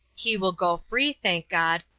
he will go free, thank god,